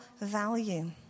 value